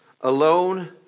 alone